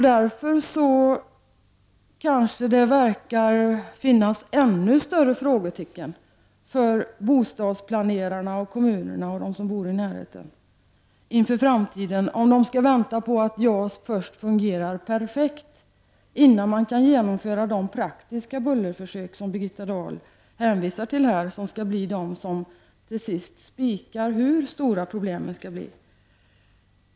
Det verkar därför finnas ännu större frågetecken för bostadsplanerarna, kommunerna och dem som bor i närheten när det gäller bostadsplanerna inför framtiden, om man skall vänta till dess att JAS fungerar perfekt innan man kan genomföra de praktiska bullerförsök som Birgitta Dahl hänvisar till och som skall bli de som till sist utvisar hur stora problemen skall bli.